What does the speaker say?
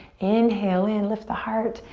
inhale in, lift the heart.